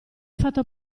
fatto